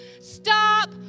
Stop